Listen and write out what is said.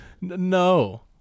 No